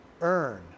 Earn